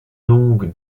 donc